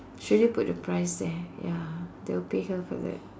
she didn't put the price there ya they'll pay her for that